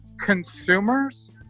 consumers